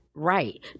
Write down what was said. right